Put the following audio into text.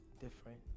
different